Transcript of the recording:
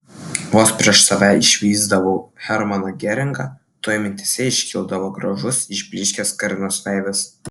vos prieš save išvysdavau hermaną geringą tuoj mintyse iškildavo gražus išblyškęs karinos veidas